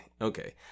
okay